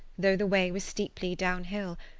though the way was steeply downhill,